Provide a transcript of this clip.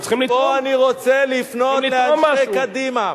פה אני רוצה לפנות לאנשי קדימה.